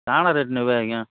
କା'ଣା ରେଟ୍ ନେବେ ଆଜ୍ଞା